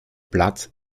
platz